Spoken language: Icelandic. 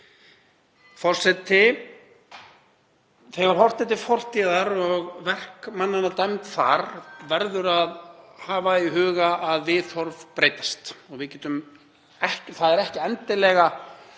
Þegar horft er til fortíðar og verk mannanna dæmd verður að hafa í huga að viðhorf breytast og það er ekki endilega